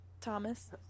Thomas